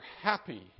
happy